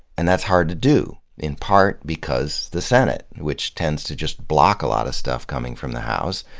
and that's hard to do, in part because the senate, which tends to just block a lot of stuff coming from the house,